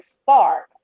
spark